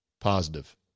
positive